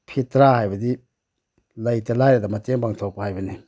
ꯐꯤꯠꯇ꯭ꯔꯥ ꯍꯥꯏꯕꯗꯤ ꯂꯩꯇ ꯂꯥꯏꯔꯗ ꯃꯇꯦꯡ ꯄꯥꯡꯊꯣꯛꯄ ꯍꯥꯏꯕꯅꯤ